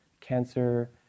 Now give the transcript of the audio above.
cancer